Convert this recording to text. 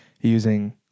using